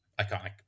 Iconic